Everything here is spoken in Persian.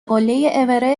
قله